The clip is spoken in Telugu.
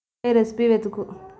రెసిపీ వెతుకు